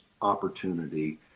Opportunity